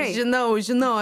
žinau žinau